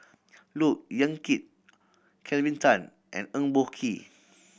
Look Yan Kit Kelvin Tan and Eng Boh Kee